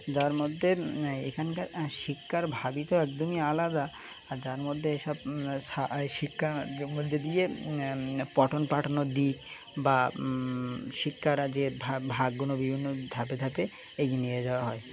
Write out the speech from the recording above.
যার মধ্যে এখানকার শিক্ষার ভাবই তো একদমই আলাদা আর যার মধ্যে এসব শিক্ষা মধ্যে দিয়ে পটন পাঠানোর দিক বা শিক্ষার যো ভাগগুলো বিভিন্ন ধাপে ধাপে এগিয়ে নিয়ে যাওয়া হয়